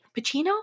Pacino